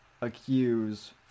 accuse